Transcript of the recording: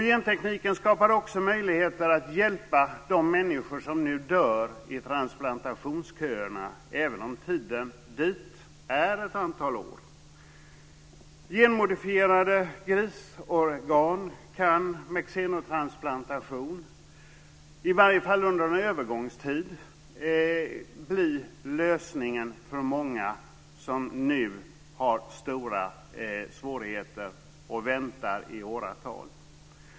Gentekniken skapar också möjligheter att hjälpa de människor som nu dör i transplantationsköerna, även om det dröjer ett antal år innan vi kommer dit. Genmodifierade grisorgan kan med xenotransplantation i varje fall under en övergångstid bli lösningen för många som nu har stora svårigheter och väntar i åratal.